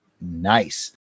nice